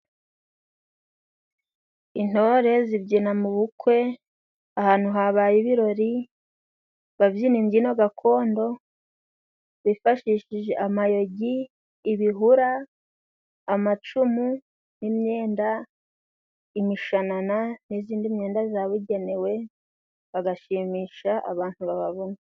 Intore zibyina mu bukwe ahantu habaye ibirori babyina imbyino gakondo, bifashishije amayogi, ibihura, amacum,u imyenda, imishanana, n'izindi myenda zabugenewe bagashimisha abantu bababona.